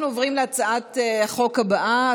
אנחנו עוברים להצעת החוק הבאה,